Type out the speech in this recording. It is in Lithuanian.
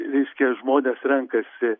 reiškia žmonės renkasi